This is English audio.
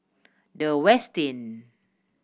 The Westin